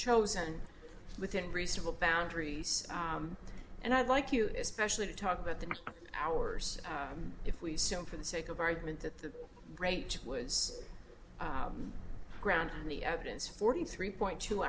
chosen within reasonable boundaries and i'd like you especially to talk about the hours if we assume for the sake of argument that the rate was ground and the evidence forty three point two